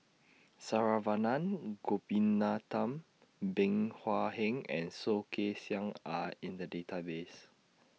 Saravanan Gopinathan Bey Hua Heng and Soh Kay Siang Are in The Database